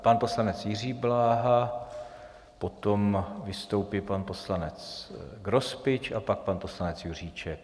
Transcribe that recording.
Pan poslanec Jiří Bláha, potom vystoupí pan poslanec Grospič a pak pan poslanec Juříček.